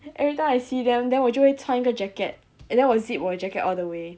every time I see them then 我就会穿一个 jacket and then 我 zip 我的 jacket all the way